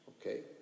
okay